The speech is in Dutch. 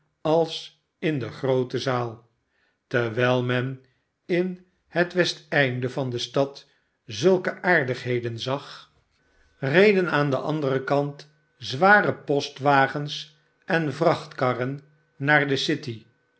als in de groote zaal terwijl men in het westeinde van de stad zulke aardigheden zag reden eene spookachtige verschijning aan den anderen kant zware postwagens en vrachtkarren naar de city